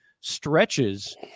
stretches